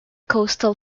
coastal